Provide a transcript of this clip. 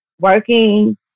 working